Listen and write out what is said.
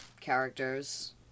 characters